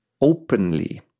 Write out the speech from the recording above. openly